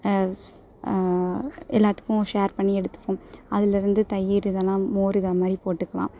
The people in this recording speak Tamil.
எல்லாத்துக்கும் ஷேர் பண்ணி எடுத்துப்போம் அதுலிருந்து தயிர் இதெலாம் மோர் இதைமாரி போட்டுக்கலாம்